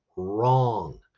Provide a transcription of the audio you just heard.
wrong